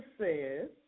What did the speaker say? says